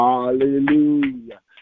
Hallelujah